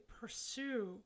pursue